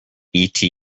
eta